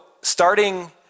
starting